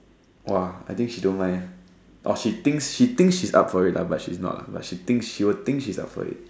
!wah! I think she don't mind ah or she thinks she thinks she's up for it lah but she's not lah but she thinks she will think she's up for it